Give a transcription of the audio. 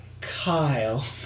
Kyle